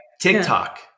TikTok